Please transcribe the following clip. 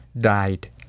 died